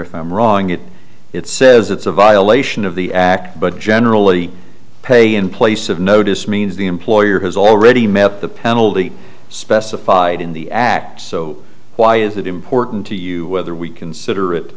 if i'm wrong it it says it's a violation of the act but generally pay in place of notice means the employer has already met the panel specified in the act so why is it important to you whether we consider it